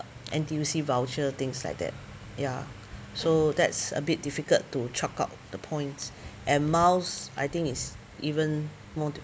N_T_U_C voucher things like that ya so that's a bit difficult to chalk up the points and miles I think is even more to